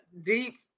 deep